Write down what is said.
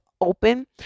open